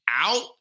out